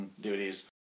duties